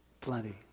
Plenty